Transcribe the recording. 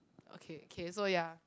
okay okay so ya